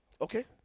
Okay